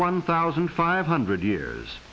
one thousand five hundred years